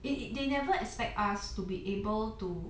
it it they never expect us to be able to